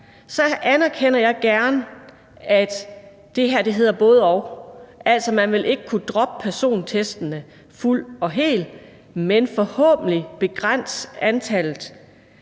Så anerkender jeg gerne, at det her hedder både-og, altså at man ikke vil kunne droppe persontestene fuldt og helt, men forhåbentlig vil man